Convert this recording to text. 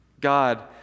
God